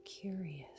curious